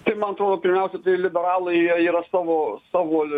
tai man trodo pirmiausia tai liberalai jie yra savo savo